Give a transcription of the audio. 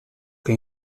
che